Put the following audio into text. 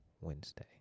Wednesday